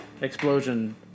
Explosion